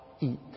eat